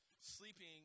sleeping